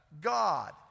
God